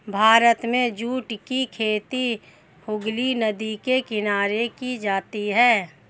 भारत में जूट की खेती हुगली नदी के किनारे की जाती है